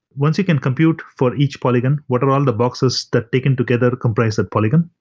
once you can compute for each polygon what are all the boxes that taken together comprise that polygon,